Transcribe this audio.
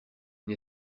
une